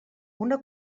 una